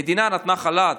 המדינה נתנה חל"ת,